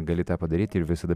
gali tą padaryti ir visada